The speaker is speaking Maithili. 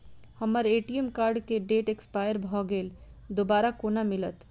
हम्मर ए.टी.एम कार्ड केँ डेट एक्सपायर भऽ गेल दोबारा कोना मिलत?